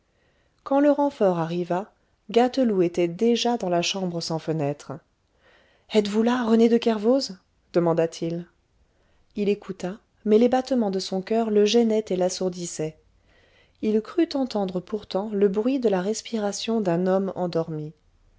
quand le renfort arriva gâteloup était déjà dans la chambre sans fenêtres êtes-vous là rené de kervoz demanda-t-il il écouta mais les battements de son coeur le gênaient et l'assourdissaient il crut entendre pourtant le bruit de la respiration d'un homme endormi